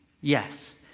Yes